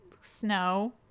snow